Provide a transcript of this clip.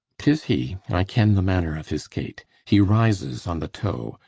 tis he, i ken the manner of his gait he rises on the toe.